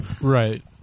Right